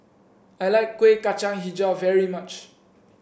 I like Kuih Kacang hijau very much